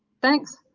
thanks.